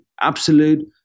absolute